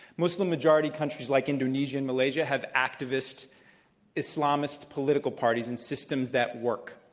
muslim majority countries like indonesia and malaysia have activist islamist political parties and systems that work.